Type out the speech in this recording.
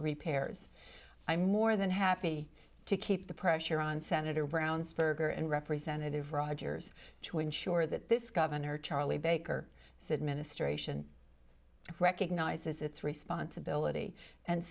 repairs i'm more than happy to keep the pressure on senator brown sperber and representative rogers to ensure that this governor charlie baker said ministration recognizes its responsibility and